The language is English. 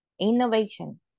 Innovation